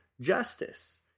justice